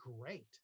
great